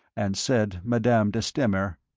and said madame de stamer